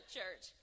church